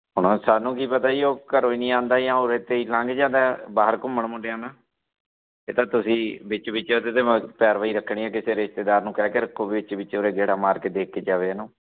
ਹੁਣ ਉਹ ਸਾਨੂੰ ਕੀ ਪਤਾ ਜੀ ਉਹ ਘਰੋਂ ਹੀ ਨਹੀਂ ਆਉਂਦਾ ਜਾਂ ਉਹ ਲੰਘ ਜਾਂਦਾ ਬਾਹਰ ਘੁੰਮਣ ਮੁੰਡਿਆਂ ਨਾਲ ਇਹ ਤਾਂ ਤੁਸੀਂ ਵਿੱਚ ਵਿਚ ਪੈਰਵਾਈ ਰੱਖਣੀ ਕਿਸੇ ਰਿਸ਼ਤੇਦਾਰ ਨੂੰ ਕਹਿ ਕੇ ਰੱਖੋ ਵਿੱਚ ਵਿੱਚ ਉਰੇ ਗੇੜਾ ਮਾਰ ਕੇ ਦੇਖ ਕੇ ਜਾਵੇ ਇਹਨੂੰ